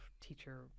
teacher